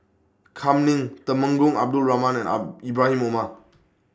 Kam Ning Temenggong Abdul Rahman and Arm Ibrahim Omar